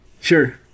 Sure